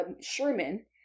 Sherman